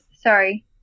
sorry